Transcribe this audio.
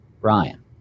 Ryan